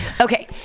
okay